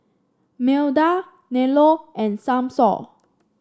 Milda Nello and Samson